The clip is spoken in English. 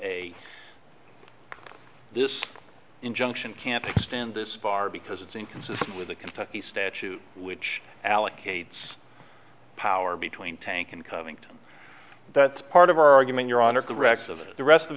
a this injunction can't extend this far because it's inconsistent with the kentucky statute which allocates power between tank and covington that's part of our argument your honor corrects of the rest of